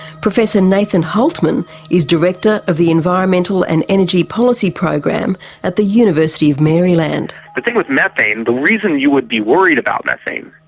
professor nathan hultman is director of the environmental and energy policy program at the university of maryland. the thing with methane, the reason you would be worried about methane,